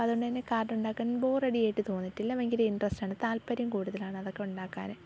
അപ്പ അതുകൊണ്ടു തന്നെ കാർഡ് ഉണ്ടാക്കാൻ ബോർ അടി ആയിട്ട് തോന്നിയിട്ടില്ല ഭയങ്കര ഇൻട്രസ്റ്റ് ആണ് താൽപര്യം കൂടുതലാണ് അതൊക്കെ ഉണ്ടാക്കാൻ